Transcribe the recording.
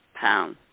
pound